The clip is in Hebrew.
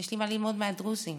מהדרוזים,